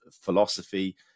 philosophy